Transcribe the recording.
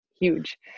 Huge